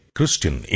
Christian